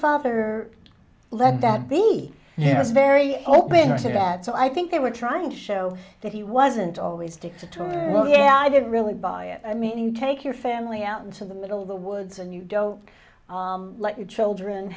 father let that be there is very open to that so i think they were trying to show that he wasn't always dictatorial yeah i didn't really buy it i mean you take your family out into the middle of the woods and you don't let your children